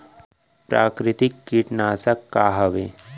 प्राकृतिक कीटनाशक का हवे?